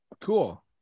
cool